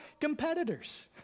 competitors